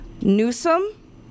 Newsom